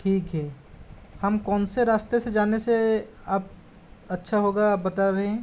ठीक है हम कौन से रास्ते से जाने से अप अच्छा होगा आप बता रहें हैं